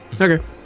Okay